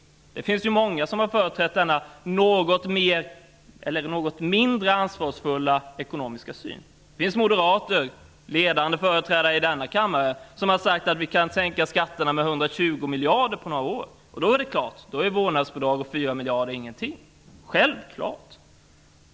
Många har företrätt denna något mindre ansvarsfulla ekonomiska syn. Det finns moderater, ledande företrädare i denna kammare, som har sagt: Vi kan sänka skatterna med 120 miljarder på några år. I jämförelse med det är 4 miljarder till vårdnadsbidrag ingenting.